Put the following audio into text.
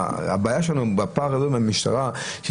הבעיה שלנו בפער הגדול עם המשטרה.